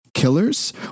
Killers